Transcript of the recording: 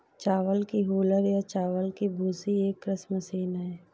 चावल की हूलर या चावल की भूसी एक कृषि मशीन है